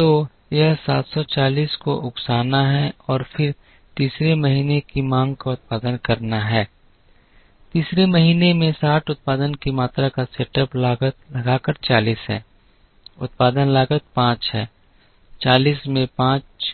तो यह 740 को उकसाना है और फिर तीसरे महीने की मांग का उत्पादन करना है तीसरे महीने में 60 उत्पादन की मात्रा का सेटअप लागत लगाकर 40 है उत्पादन लागत 5 है 40 में 5